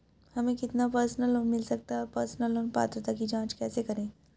हमें कितना personal loan मिल सकता है और पर्सनल लोन पात्रता की जांच कैसे करें?